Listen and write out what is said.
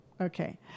okay